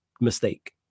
mistake